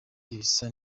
ibisa